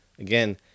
Again